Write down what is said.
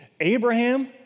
Abraham